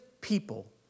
people